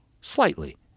slightly